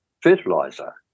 fertilizer